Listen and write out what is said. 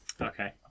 Okay